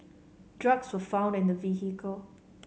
drugs were found in the vehicle